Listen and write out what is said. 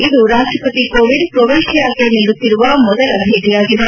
ಇದು ರಾಷ್ಲಪತಿ ಕೋವಿಂದ್ ಕ್ರೋವೇಷ್ಯಾಕ್ಷೆ ನೀಡುತ್ತಿರುವ ಮೊದಲ ಭೇಟಿಯಾಗಿದೆ